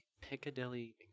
Piccadilly